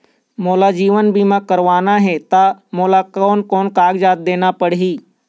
मोला जीवन बीमा करवाना हे ता मोला कोन कोन कागजात देना पड़ही?